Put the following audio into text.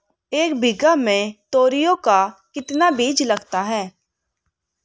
एक बीघा में तोरियां का कितना बीज लगता है?